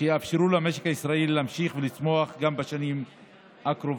שיאפשרו למשק הישראלי להמשיך ולצמוח גם בשנים הקרובות.